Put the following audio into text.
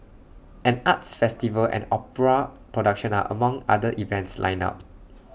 an arts festival and opera production are among other events lined up